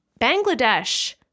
Bangladesh